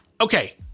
Okay